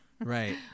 Right